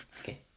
okay